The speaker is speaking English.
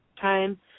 time